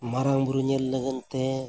ᱢᱟᱨᱟᱝ ᱵᱩᱨᱩ ᱧᱮᱞ ᱞᱟᱹᱜᱤᱫᱛᱮ